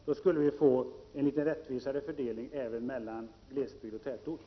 Då skulle fördelningen mellan glesbygd och tätorter bli rättvisare, Per Olof Håkansson.